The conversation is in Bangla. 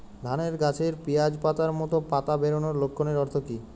ধানের গাছে পিয়াজ পাতার মতো পাতা বেরোনোর লক্ষণের অর্থ কী?